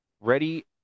Ready